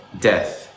death